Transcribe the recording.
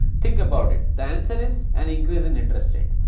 think about it, the answer is an increase in interest rate,